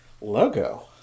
logo